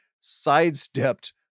sidestepped